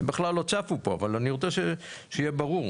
אלה בכלל לא צפו פה, אבל אני רוצה שיהיה ברור: